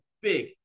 big